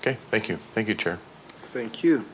ok thank you thank you thank you